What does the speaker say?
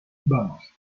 vamos